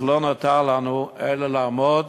לא נותר לנו אלא לעמוד